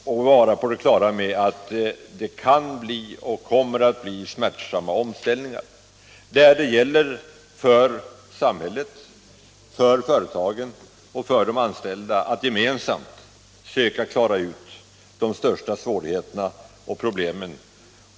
Och vi måste räkna med att det kan bli — och kommer att bli — smärtsamma omställningar, där det gäller för samhället, företagen och de anställda att gemensamt söka klara ut de stora svårigheterna och problemen.